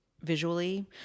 visually